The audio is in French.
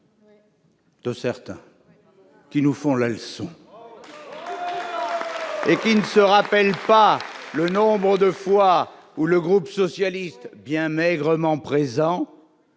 de certains qui nous font la leçon. Ils semblent ne pas se rappeler le nombre de fois où le groupe socialiste, bien maigrement présent,